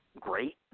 great